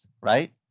right